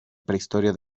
prehistoria